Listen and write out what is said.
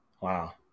Wow